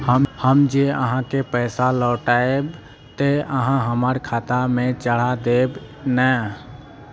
हम जे आहाँ के पैसा लौटैबे ते आहाँ हमरा खाता में चढ़ा देबे नय?